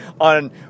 on